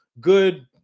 good